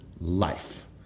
life